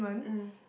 mm